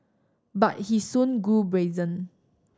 but he soon grew brazen